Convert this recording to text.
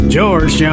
George